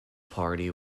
party